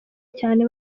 cyane